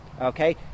okay